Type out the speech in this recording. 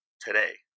today